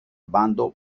bando